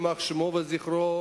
יימח שמו וזכרו,